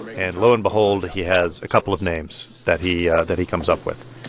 and lo and behold, he has a couple of names that he ah that he comes up with.